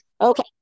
Okay